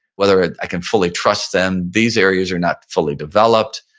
whether ah i can fully trust them. these areas are not fully developed,